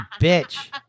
bitch